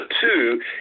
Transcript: two